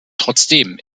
trotzdem